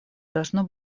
должно